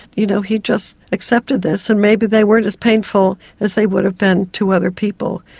you know he just accepted this, and maybe they weren't as painful as they would have been to other people.